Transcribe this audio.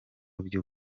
byo